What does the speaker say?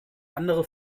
andere